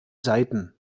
seiten